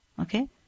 Okay